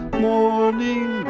morning